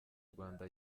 rwanda